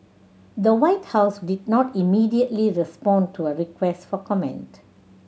the White House did not immediately respond to a request for comment